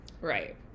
Right